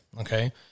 Okay